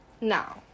Now